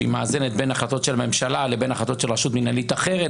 שהיא מאזנת בין החלטות של הממשלה לבין החלטות של רשות מנהלית אחרת.